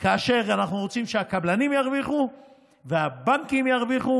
רוצים שהקבלנים ירוויחו והבנקים ירוויחו